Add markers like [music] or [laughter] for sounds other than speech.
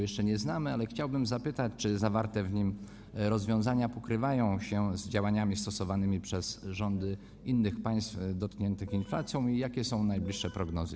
Jeszcze go nie znamy, ale chciałbym zapytać, czy zawarte w nim rozwiązania pokrywają się z działaniami prowadzonymi przez rządy innych państw dotkniętych inflacją [noise] i jakie są najbliższe prognozy.